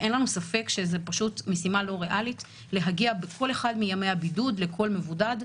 אין לנו ספק שזו משימה לא ריאלית להגיע בכל אחד מימי הבידוד לכל מבודד,